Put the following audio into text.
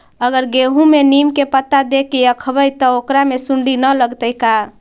अगर गेहूं में नीम के पता देके यखबै त ओकरा में सुढि न लगतै का?